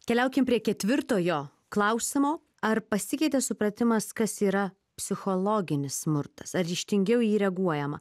keliaukim prie ketvirtojo klausimo ar pasikeitė supratimas kas yra psichologinis smurtas ar ryžtingiau į jį reaguojama